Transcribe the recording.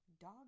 Dog